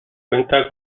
cuenta